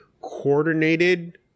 coordinated